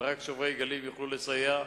ורק שוברי גלים יוכלו לסייע.